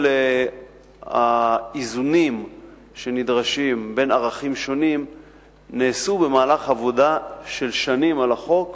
כל האיזונים שנדרשים בין ערכים שונים נעשו במהלך עבודה של שנים על החוק,